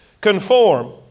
Conform